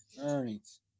Earnings